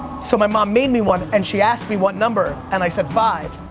so my mom made me one and she asked me what number and i said five.